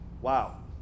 Wow